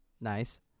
Nice